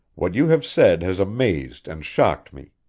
what you have said has amazed and shocked me.